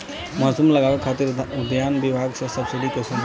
Mushroom लगावे खातिर उद्यान विभाग से सब्सिडी कैसे मिली?